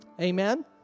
Amen